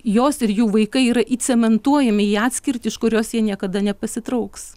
jos ir jų vaikai yra į cementuojami į atskirtį iš kurios jie niekada nepasitrauks